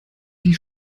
die